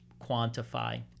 quantify